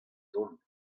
dont